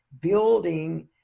building